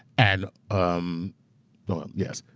and um, well um yes,